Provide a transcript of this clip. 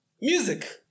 Music